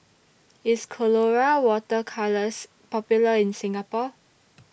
IS Colora Water Colours Popular in Singapore